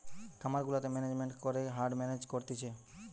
খামার গুলাতে ম্যানেজমেন্ট করে হার্ড মেনেজ করতিছে